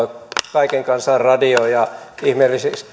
kaiken kansan radio ja ihmetykseni